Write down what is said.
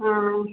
हाँ